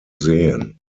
sehen